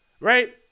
Right